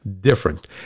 different